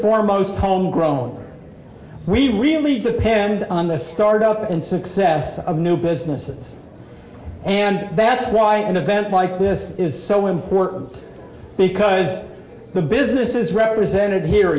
foremost homegrown we really depend on the start up and success of new businesses and that's why in event like this is so important because the business is represented here